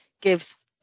gives